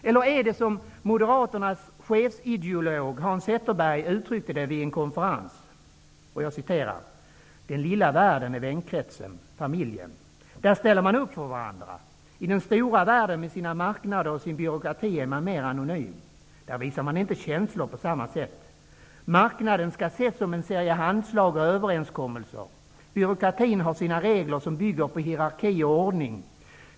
Eller är det som moderaternas chefsideolog Hans Zetterberg uttryckte det på en konferens: ''Den lilla världen är vänkretsen, familjen -- där ställer man upp för varandra. I den stora världen med sina marknader och sin byråkrati är man mer anonym. Där visar man inte känslor på samma sätt. Marknaden kan ses som en serie handslag och överenskommelser. Byråkratin har sina regler som bygger på hierarki och ordning.